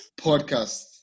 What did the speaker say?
podcast